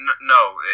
No